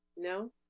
No